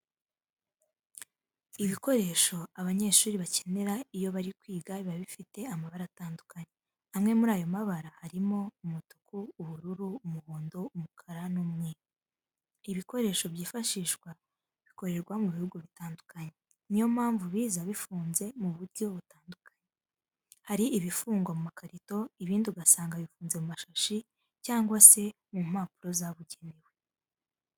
Ibikoresho abanyeshuri bacyenera iyo bari kwiga biba bifite amabara atandukanye, amwe muri ayo mabara harimo: umutuku, ubururu, umuhondo, umukara n'umweru. Ibikoresho by'ifashishwa bikorerwa mu bihugu bitandukanye, niyo mpamvu biza bifunze mu buryo butandukanye. Hari ibifungwa mu makarito, ibindi ugasanga bifunze mu mashashi cyangwa se m'umpapuro zabugenewe.